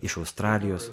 iš australijos